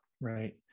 Right